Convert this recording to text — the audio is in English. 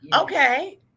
okay